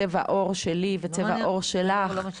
צבע העור שלי וצבע העור שלך --- זה לא מעניין אותי,